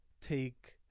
take